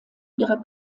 ihrer